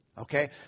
okay